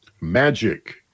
magic